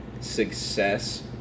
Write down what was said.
success